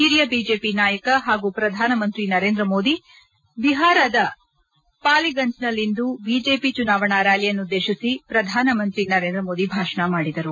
ಹಿರಿಯ ಬಿಜೆಪಿ ನಾಯಕ ಹಾಗೂ ಪ್ರಧಾನಮಂತ್ರಿ ನರೇಂದ್ರಮೋದಿ ಬಿಹಾರದ ಪಾಲಿಗಂಜ್ನಲ್ಲಿಂದು ಬಿಜೆಪಿ ಚುನಾವಣಾ ರ್್ಯಾಲಿಯನ್ತುದ್ದೇಶಿಸಿ ಪ್ರಧಾನ ಮಂತ್ರಿ ನರೇಂದ್ರ ಮೋದಿ ಭಾಷಣ ಮಾಡಿದರು